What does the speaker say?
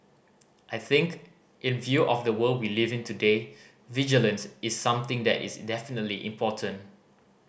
I think in view of the world we live in today vigilance is something that is definitely important